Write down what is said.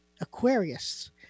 Aquarius